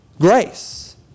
grace